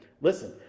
Listen